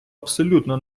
абсолютно